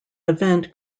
event